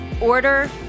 order